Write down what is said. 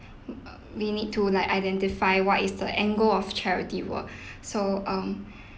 we need to like identify what is the angle of charity work so um